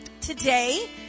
Today